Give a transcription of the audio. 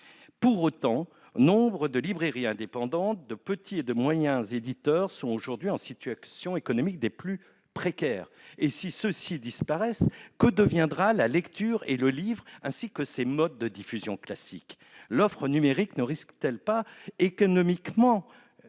Pour autant, nombre de librairies indépendantes, de petits et de moyens éditeurs sont aujourd'hui dans une situation économique des plus précaires. S'ils disparaissent, que deviendront la lecture ainsi que le livre et ses modes de diffusion classiques ? L'offre numérique ne risque-t-elle pas de prendre économiquement